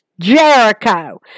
Jericho